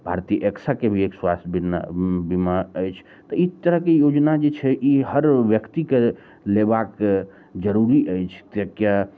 भारतीय एक्शाके भी एक स्वास्थ्य बीमा बीमा अछि तऽ ई तरहके योजना जे छै ई हर व्यक्तिके लेबाक जरूरी अइछ किएकि